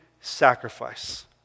sacrifice